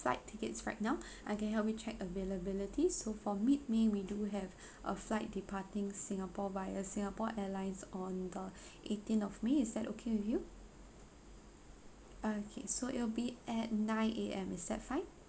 flight tickets right now I can help you check availability so for mid may we do have a flight departing singapore via singapore airlines on the eighteenth of may is that okay with you okay so it'll be at nine A_M is that fine